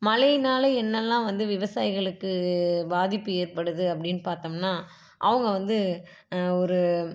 மழைனால என்னெல்லாம் வந்து விவசாயிகளுக்கு பாதிப்பு ஏற்படுது அப்படின்னு பார்த்தம்னா அவங்க வந்து ஒரு